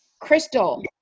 Crystal